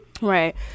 right